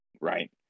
right